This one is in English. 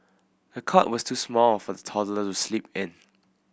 the cot was too small for the toddler to sleep in